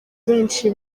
benshi